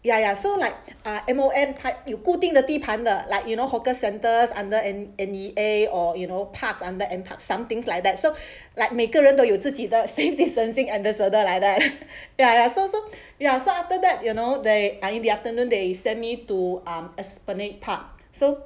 ya ya so like a M_O_M 他有固定的地盘的 like you know hawker centres under n~ N_E_A or you know parks under nparks some things like that so like 每个人都有自己的 safe distancing ambassador like that ya so so so after that you know they are in the afternoon they send me to esplanade park so